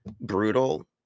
brutal